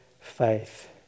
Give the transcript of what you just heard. faith